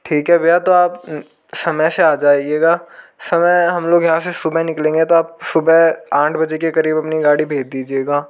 ठीक है भय्या तो आप समय से आ जाइएगा समय हम लोग यहाँ से सुबह निकलेंगे तो आप सुबह आठ बजे के क़रीब अपनी गाड़ी भेज दीजिएगा